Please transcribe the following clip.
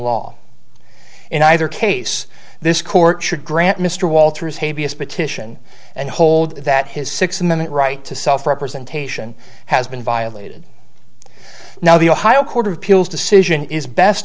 law in either case this court should grant mr walters habeas petition and hold that his six minute right to self representation has been violated now the ohio court of appeals decision is best